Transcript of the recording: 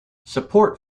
support